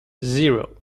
zero